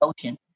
Ocean